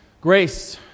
Grace